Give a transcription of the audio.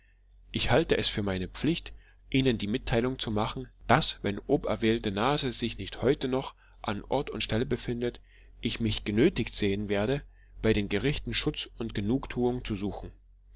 ich halte es für meine pflicht ihnen die mitteilung zu machen daß wenn oberwähnte nase sich nicht heute noch an ort und stelle befindet ich mich genötigt sehen werde bei den gerichten schutz und genugtuung zu suchen